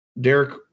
Derek